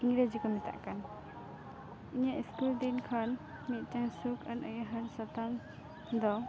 ᱤᱝᱨᱮᱡᱤ ᱠᱚ ᱢᱮᱛᱟᱜ ᱠᱟᱱ ᱤᱧᱟᱹᱜ ᱥᱠᱩᱞ ᱫᱤᱱ ᱠᱷᱚᱱ ᱢᱤᱫᱴᱟᱝ ᱥᱩᱠ ᱟᱱ ᱩᱭᱦᱟᱹᱨ ᱥᱟᱛᱟᱢ ᱫᱚ